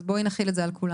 אז בואי נחיל את זה על כולם.